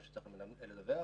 אני מדווח על כל מה שצריך לדווח,